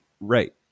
Right